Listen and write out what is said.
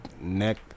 neck